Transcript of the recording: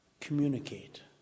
communicate